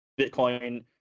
Bitcoin